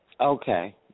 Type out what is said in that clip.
Okay